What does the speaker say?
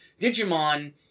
Digimon